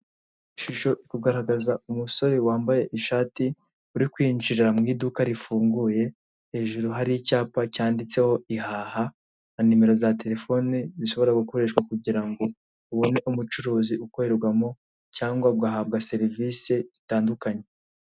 Ishusho kugaragaza umusore wambaye ishati uri kwinjira mu iduka rifunguye, hejuru hari icyapa cyanditseho ihaha na nimero za telefoni zishobora gukoreshwa kugira ngo ubone umucuruzi ukorerwamo cyangwa ugahabwa serivisi zitandukanye.